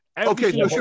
Okay